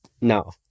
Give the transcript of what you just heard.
No